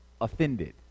Offended